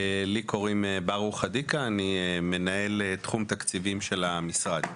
ברוך עדיקא, אני מנהל תחום תקציבים של המשרד.